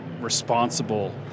responsible